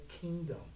kingdom